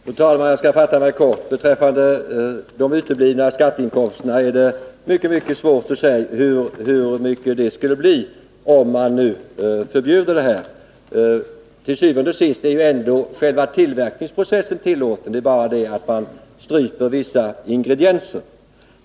Fru talman! Jag skall fatta mig kort. Beträffande frågan om uteblivna skatteinkomster är det mycket svårt att säga vad resultatet skulle bli, om man förbjuder snabbvinsatserna. Til syvende og sidst är ju själva tillverkningsprocessen tillåten. Vad man vill åstadkomma är en strypning av tillförseln av vissa ingredienser.